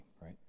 right